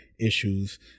issues